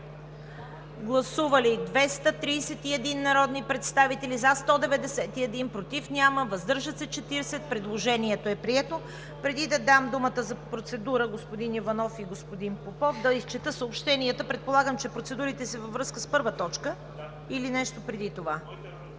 Гласували 231 народни представители: за 191, против няма, въздържали се 40. Предложението е прието. Преди да Ви дам думата за процедури, господин Иванов и господин Попов, да изчета съобщенията. Предполагам, че процедурите са във връзка с първа точка или нещо преди това.